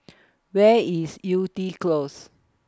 Where IS Yew Tee Close